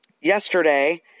yesterday